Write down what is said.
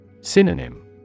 Synonym